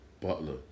Butler